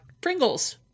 pringles